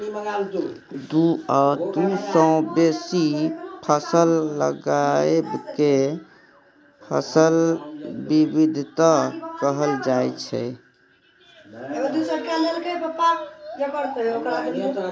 दु आ दु सँ बेसी फसल लगाएब केँ फसल बिबिधता कहल जाइ छै